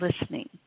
listening